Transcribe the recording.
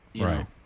Right